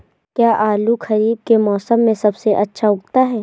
क्या आलू खरीफ के मौसम में सबसे अच्छा उगता है?